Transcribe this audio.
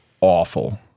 awful